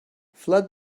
flood